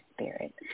spirit